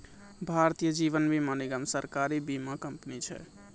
भारतीय जीवन बीमा निगम, सरकारी बीमा कंपनी छै